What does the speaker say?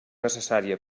necessària